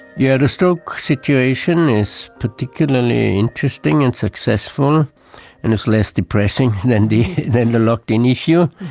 yeah the stroke situation is particularly interesting and successful and it's less depressing than the than the locked-in issue.